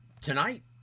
tonight